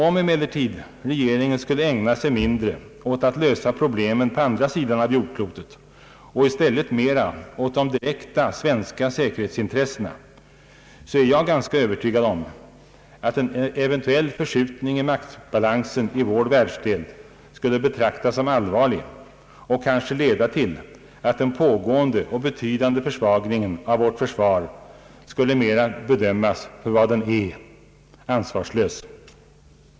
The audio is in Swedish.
Om emellertid regeringen skulle ägna sig mindre åt att lösa problemen på andra sidan av jordklotet och i stället mera åt de direkt svenska säkerhetsintressena, så är jag ganska övertygad om att en eventuell förskjutning i maktbalansen i vår världsdel skulle betraktas som allvarlig och kanske leda till att den pågående och betydande försvagningen av vårt försvar skulle mera bedömas för vad den är — ansvarslös.